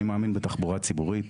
אני מאמין בתחבורה ציבורית,